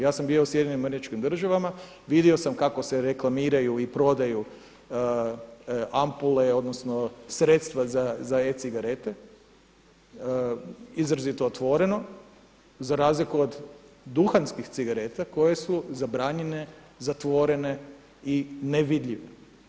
Ja sam bio u SAD-u, vidio sam kako se reklamiraju i prodaju ampule, odnosno sredstva za e-cigarete izrazito otvoreno za razliku od duhanskih cigareta koje su zabranjene, zatvorene i nevidljive.